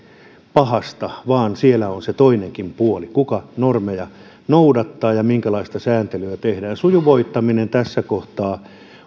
pahasta vaan siellä on se toinenkin puoli kuka normeja noudattaa ja minkälaista sääntelyä tehdään sujuvoittaminen tässä kohtaa